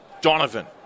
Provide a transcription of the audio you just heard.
Donovan